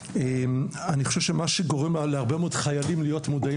אני חושב שמה שגורם להרבה מאוד חיילים להיות מודעים